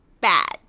bad